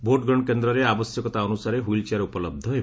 vote ଗ୍ରହଣ କେନ୍ଦ୍ରରେ ଆବଶ୍ୟକତା ଅନୁସାରେ ହିଲ୍ ଚେୟାର ଉପଳହ ହେବ